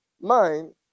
mind